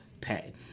pay